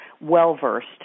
well-versed